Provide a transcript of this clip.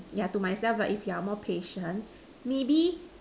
yeah to myself lah if you're more patient maybe